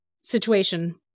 situation